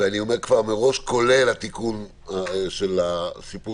ואני אומר כבר מראש: כולל התיקון של הסיפור